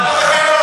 והקואליציה מפריעה.